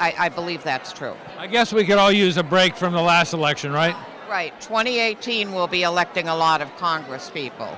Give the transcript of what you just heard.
i believe that's true i guess we could all use a break from the last election right right twenty eighteen will be electing a lot of congresspeople